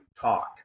talk